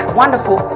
wonderful